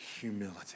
humility